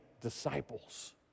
disciples